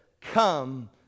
come